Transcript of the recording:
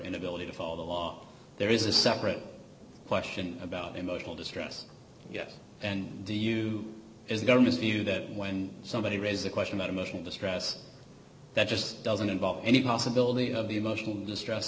inability to follow the law there is a separate question about emotional distress yes and do you is the government's view that when somebody raise a question about emotional distress that just doesn't involve any possibility of the emotional distress